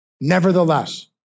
nevertheless